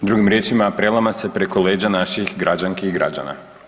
Drugim riječima, prelama se preko leđa naših građanki i građana.